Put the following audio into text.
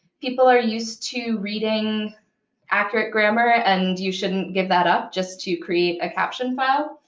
people are used to reading accurate grammar, and you shouldn't give that up just to create a caption file.